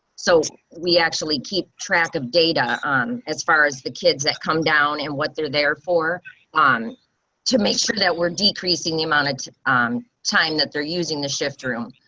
so we actually keep track of data on as far as the kids that come down and what they're there for on to make sure that we're decreasing the amount of time that they're using the shift room.